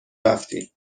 رفتیم